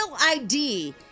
ID